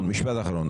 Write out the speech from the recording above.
משפט אחרון.